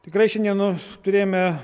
tikrai šiandieną turėjome